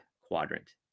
quadrant